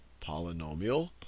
polynomial